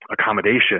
accommodation